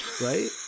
right